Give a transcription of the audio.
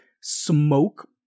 smoke